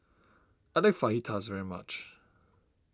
I like Fajitas very much